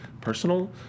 personal